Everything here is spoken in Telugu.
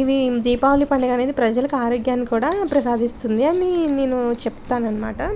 ఇవి దీపావళి పండుగ అనేది ప్రజలకు ఆరోగ్యాన్ని కూడా ప్రసాదిస్తుంది అని నేను చెప్తాను అన్నమాట